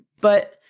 But-